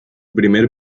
primer